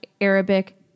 Arabic